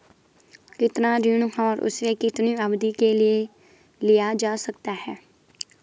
कितना ऋण और उसे कितनी अवधि के लिए लिया जा सकता है?